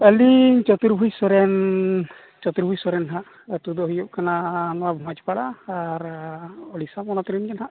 ᱟᱹᱞᱤᱧ ᱪᱚᱛᱩᱨᱵᱷᱩᱡᱽ ᱥᱚᱨᱮᱱ ᱪᱚᱛᱩᱨᱵᱷᱩᱡᱽ ᱥᱚᱨᱮᱱ ᱦᱟᱸᱜ ᱟᱛᱩᱳ ᱫᱚ ᱦᱩᱭᱩᱜ ᱠᱟᱱᱟ ᱱᱚᱣᱟ ᱵᱷᱚᱸᱡᱽ ᱯᱟᱲᱟ ᱟᱨ ᱳᱰᱤᱥᱟ ᱯᱚᱱᱚᱛ ᱨᱮᱱ ᱜᱮ ᱦᱟᱸᱜ